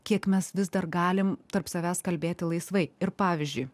kiek mes vis dar galim tarp savęs kalbėti laisvai ir pavyzdžiui